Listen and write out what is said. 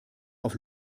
auf